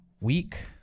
week